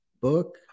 book